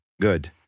good